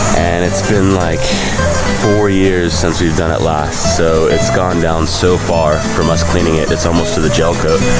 and it's been like four years since we've done it last, so it's gone down so far from us cleaning. it's almost to the gel coat.